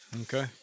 okay